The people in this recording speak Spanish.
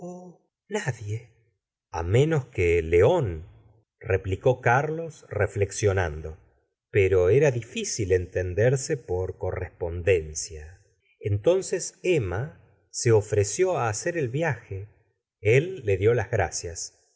a menos que león replicó carlos reflexio nando pero era dificil entenderse por correspondencia tomo ii j gustavo fcaubert entonces emma se ofreció á hacer el viaje éi le dió las gracias